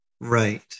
right